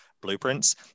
blueprints